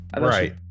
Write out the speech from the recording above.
Right